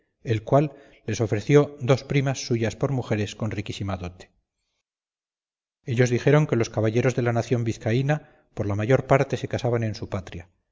el cual les ofreció dos primas suyas por mujeres con riquísima dote ellos dijeron que los caballeros de la nación vizcaína por la mayor parte se casaban en su patria